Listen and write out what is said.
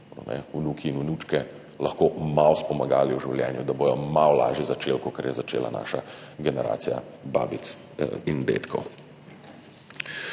vnuki in vnučke, lahko malo pomagali v življenju, da bodo malo lažje začeli, kakor je začela naša generacija babic in dedkov.